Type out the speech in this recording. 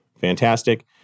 Fantastic